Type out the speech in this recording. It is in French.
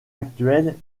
actuel